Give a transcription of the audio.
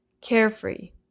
carefree